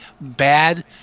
bad